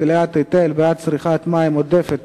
התליית היטל בעד צריכת מים עודפת),